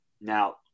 Now